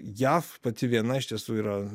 jav pati viena iš tiesų yra